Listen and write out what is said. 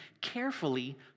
carefully